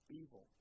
evil